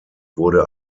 wurde